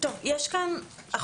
היועצת המשפטית.